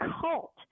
cult